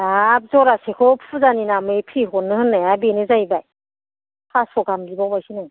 हाब जरासेखौ फुजानि नामै फ्रि हरनो होननाया बिनो जाहैबाय फासस' गाहाम बिबावबायसो नों